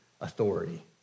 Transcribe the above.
authority